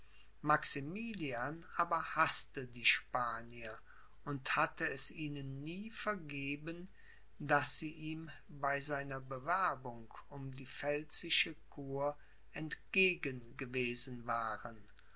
maximilian aber haßte die spanier und hatte es ihnen nie vergeben daß sie ihm bei seiner bewerbung um die pfälzische kur entgegen gewesen waren